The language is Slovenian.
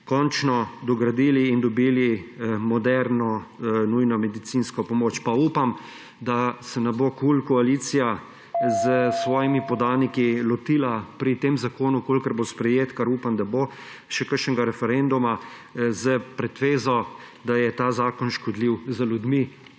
končno dogradili in dobili moderno nujno medicinsko pomoč. Upam, da se ne bo koalicija KUL s svojimi podaniki lotila pri tem zakonu, če bo sprejet, kar upam, da bo, še kakšnega referenduma pod pretvezo, da je ta zakon škodljiv za ljudi,